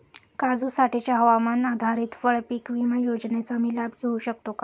काजूसाठीच्या हवामान आधारित फळपीक विमा योजनेचा मी लाभ घेऊ शकतो का?